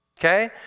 Okay